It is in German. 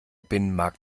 binnenmarkt